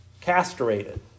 castrated